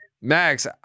Max